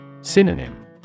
Synonym